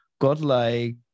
godlike